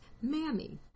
Mammy